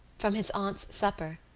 from his aunt's supper,